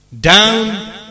down